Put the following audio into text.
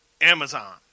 Amazon